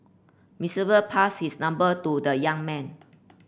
passed its number to the young man